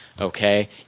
okay